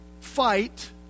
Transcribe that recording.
fight